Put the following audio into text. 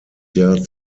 jahr